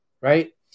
Right